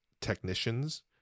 technicians